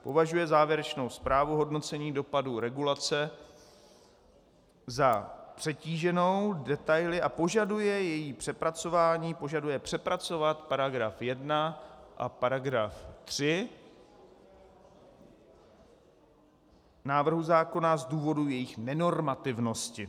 Považuje závěrečnou zprávu hodnocení dopadů regulace za přetíženou detaily a požaduje její přepracování, požaduje přepracovat § 1 a § 3 návrhu zákona z důvodu jejich nenormativnosti.